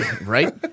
Right